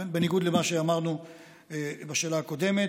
בניגוד למה שאמרנו בשאלה הקודמת,